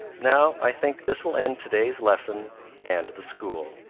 now i think this will end to-day's lesson and the school.